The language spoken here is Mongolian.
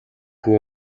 хүү